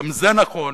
גם זה נכון.